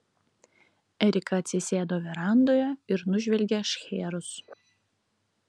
erika atsisėdo verandoje ir nužvelgė šcherus